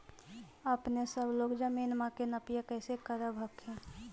अपने सब लोग जमीनमा के नपीया कैसे करब हखिन?